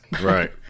Right